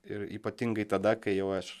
ir ypatingai tada kai jau aš